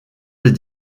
des